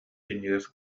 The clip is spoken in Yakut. синньигэс